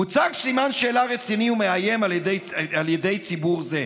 מוצג סימן שאלה רציני ומאיים על ידי ציבור זה.